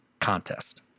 contest